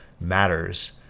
matters